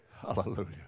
hallelujah